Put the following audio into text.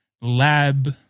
lab